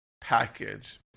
package